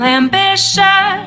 ambition